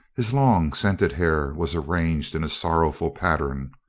his long scented hair was arranged in a sorrowful pattern,